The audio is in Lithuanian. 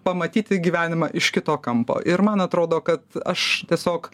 pamatyti gyvenimą iš kito kampo ir man atrodo kad aš tiesiog